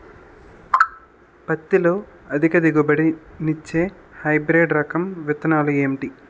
పత్తి లో అధిక దిగుబడి నిచ్చే హైబ్రిడ్ రకం విత్తనాలు ఏంటి